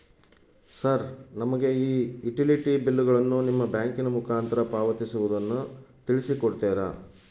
Sir ನಮಗೆ ಈ utility ಬಿಲ್ಲುಗಳನ್ನು ನಿಮ್ಮ ಬ್ಯಾಂಕಿನ ಮುಖಾಂತರ ಪಾವತಿಸುವುದನ್ನು ತಿಳಿಸಿ ಕೊಡ್ತೇರಾ?